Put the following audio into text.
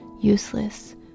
useless